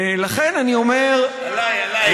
עליי, עליי.